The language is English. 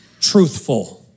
truthful